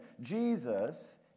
Jesus